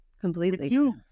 completely